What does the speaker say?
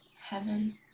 heaven